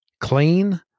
clean